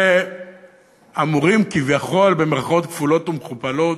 שאמורים כביכול, במירכאות כפולות ומכופלות,